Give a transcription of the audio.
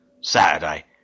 Saturday